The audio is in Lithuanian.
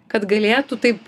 kad galėtų taip